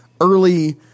Early